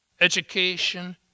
education